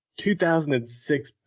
2006